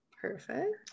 Perfect